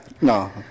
no